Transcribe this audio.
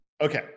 Okay